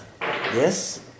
yes